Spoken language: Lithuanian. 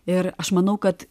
ir aš manau kad